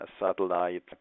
satellite